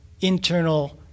internal